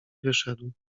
wyszedł